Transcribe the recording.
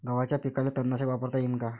गव्हाच्या पिकाले तननाशक वापरता येईन का?